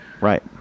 Right